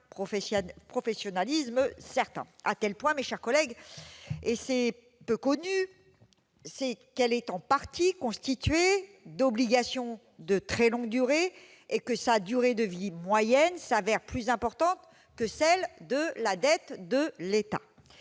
professionnalisme certain. À tel point, mes chers collègues, et c'est peu connu, qu'elle est en partie constituée d'obligations de très longue durée et que sa durée de vie moyenne s'avère plus importante que celle de la dette de l'État.